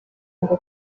ngo